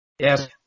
Yes